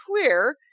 clear